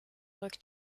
rückt